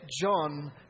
John